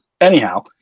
Anyhow